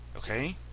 Okay